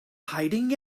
hiding